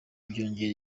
byongera